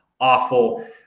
awful